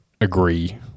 agree